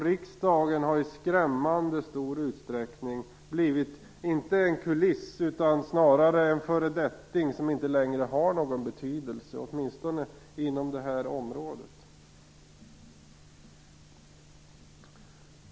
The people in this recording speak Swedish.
Riksdagen har i skrämmande stor utsträckning blivit inte en kuliss, utan snarare en föredetting som inte längre har någon betydelse åtminstone inom det här området.